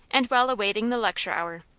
and while awaiting the lecture hour,